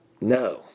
No